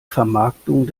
vermarktung